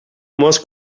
molts